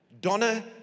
Donna